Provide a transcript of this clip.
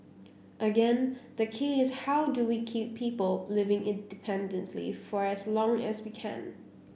again the key is how do we keep people living independently for as long as we can